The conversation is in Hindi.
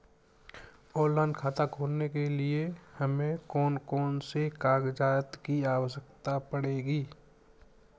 ऑनलाइन खाता खोलने के लिए हमें कौन कौन से कागजात की आवश्यकता पड़ेगी?